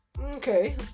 Okay